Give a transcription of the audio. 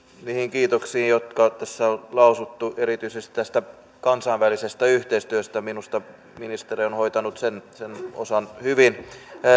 niihin kiitoksiin jotka tässä on lausuttu erityisesti tästä kansainvälisestä yhteistyöstä minusta ministeri on hoitanut sen sen osan hyvin